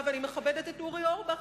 ואני מכבדת את אורי אורבך,